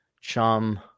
Chum